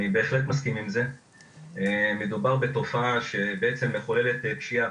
זו תופעה שבעצם מחוללת פשיעה,